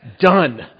Done